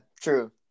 true